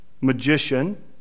magician